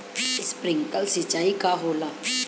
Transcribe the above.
Sprinkler सिंचाई का होला?